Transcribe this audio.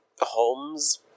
Holmes